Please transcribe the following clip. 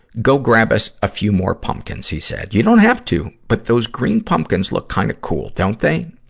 go grab us a few more pumpkins he said. you don't have to, but those green pumpkins look kind of cool, don't they?